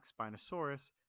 Spinosaurus